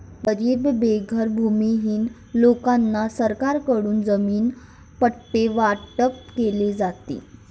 गरीब बेघर भूमिहीन लोकांना सरकारकडून जमीन पट्टे वाटप केले जाते